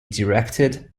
directed